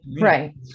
right